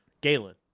Galen